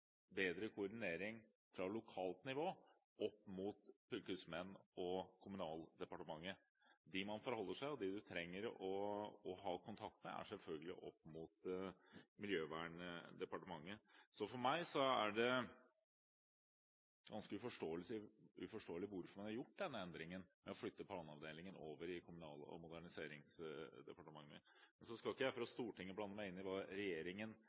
bedre koordinering fra lokalt nivå opp mot fylkesmenn og Kommunaldepartementet. De man forholdt seg til, de man trengte å ha kontakt med, var selvfølgelig Miljøverndepartementet. Så for meg er det vanskelig å forstå hvorfor man har gjort denne endringen med å flytte planavdelingen over til Kommunal- og moderniseringsdepartementet. Så skal ikke jeg fra Stortinget blande meg inn i hva regjeringen